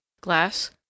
Glass